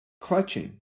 clutching